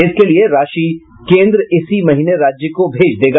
इसके लिए राशि कोन्द्र इसी महीने राज्य को भेज देगा